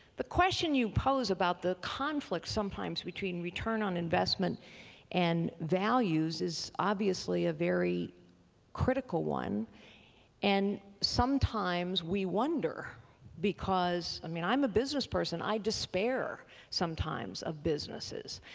the question you pose about the conflict sometimes between return on investment and values is obviously a very critical one and sometimes we wonder because, i mean i'm a business person, i despair sometimes of businesses.